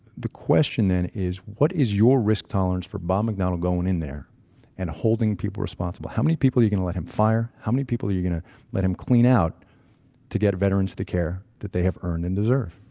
the question then is, what is your risk tolerance for bob mcdonald going in there and holding people responsible? how many people are you going to let him fire? how many people are you going to let him clean out to get veterans the care that they have earned and deserve?